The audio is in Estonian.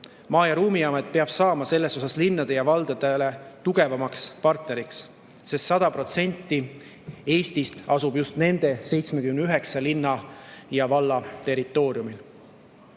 Maa‑ ja Ruumiamet peab saama selles linnadele ja valdadele tugevamaks partneriks, sest 100% Eestist asub just nende 79 linna ja valla territooriumil.